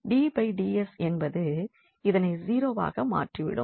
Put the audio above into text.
dds என்பது இதனை 0வாக மாற்றிவிடும்